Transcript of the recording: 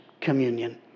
communion